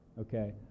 okay